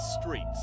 streets